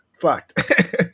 fucked